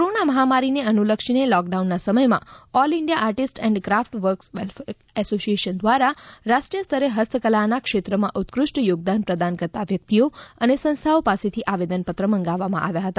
corona મહામારીને અનુલક્ષીને લોકડાઉનના સમયમાં all India artist and craft works welfare association દ્વારા રાષ્રીમાથ સ્તરે હસ્ત કલાના ક્ષેત્રમાં ઉત્કૃષ્ટ યોગદાન પ્રદાન કરતા વ્યકિતઓ અને સંસ્થાઓ પાસેથી આવેદન મંગાવવામાં આવ્યા હતા